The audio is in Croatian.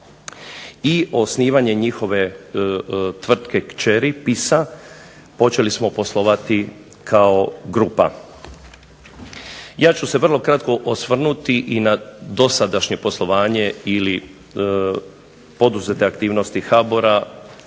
i osnivanje njihove tvrtke kćeri PISA počeli smo poslovati kao grupa. Ja ću se vrlo kratko osvrnuti i na dosadašnje poslovanje ili poduzete aktivnosti HBOR-a